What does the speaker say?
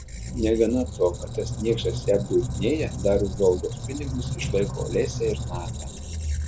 negana to kad tas niekšas ją apgaudinėja dar už olgos pinigus išlaiko olesią ir natą